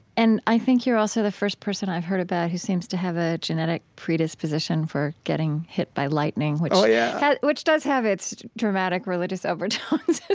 and i think you're also the first person i've heard about who seems to have a genetic predisposition for getting hit by lightning, which yeah which does have its dramatic religious overtones,